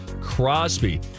Crosby